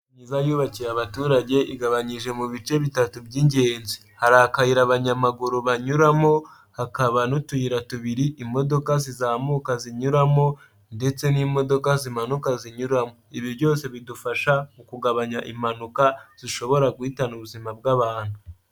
Imihanda myiza yubakiwe abaturage, igabanyije mu bice bitatu by'ingenzi. Hari akayira abanyamaguru banyuramo, hakaba n'utuyira tubiri imodoka zizamuka zinyuramo, ndetse n'imodoka zimanuka zinyuramo. Ibi byose bidufasha mu kugabanya impanuka zishobora guhitana ubuzima bw'abantu.